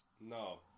No